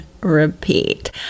repeat